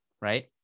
right